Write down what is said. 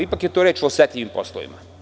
Ipak je reč o osetljivim poslovima.